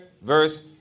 verse